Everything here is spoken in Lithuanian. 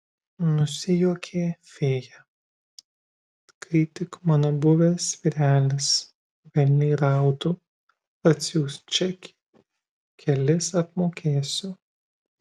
nusijuokė fėja kai tik mano buvęs vyrelis velniai rautų atsiųs čekį kelis apmokėsiu